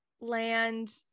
land